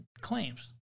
claims